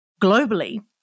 Globally